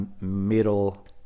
middle